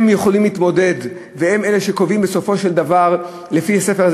שהם אלה שיכולים להתמודד והם אלה שקובעים בסופו של דבר לפי הספר הזה,